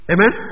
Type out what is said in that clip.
Amen